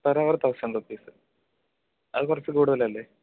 per hour thousand rupees അത് കുറച്ച് കൂടുതലല്ലേ